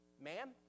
Ma'am